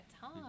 time